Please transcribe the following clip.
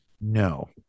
no